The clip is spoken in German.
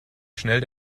schnell